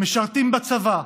משרתים בצבא,